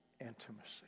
intimacy